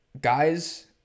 Guys